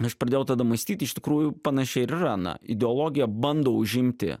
aš pradėjau tada mąstyt iš tikrųjų panašiai ir yra na ideologija bando užimti